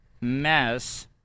mess